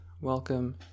Welcome